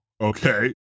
okay